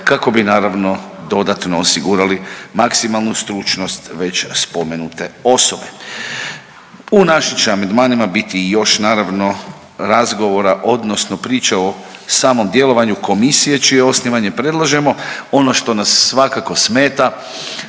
kako bi naravno dodatno osigurali maksimalnu stručnost već spomenute osobe. U našim će amandmanima biti i još naravno razgovora odnosno priče o samom djelovanju komisije čije osnivanje predlažemo. Ono što nas svakako smeta